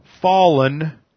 fallen